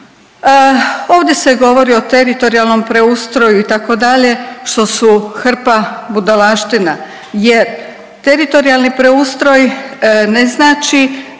Ovdje se govori o teritorijalnom preustroju, itd., što su hrpa budalaština jer teritorijalni preustroj ne znači